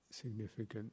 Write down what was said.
significant